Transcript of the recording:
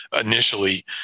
initially